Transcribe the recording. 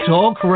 Talk